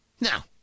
Now